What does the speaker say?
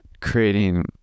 creating